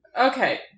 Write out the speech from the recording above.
okay